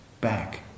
back